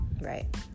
Right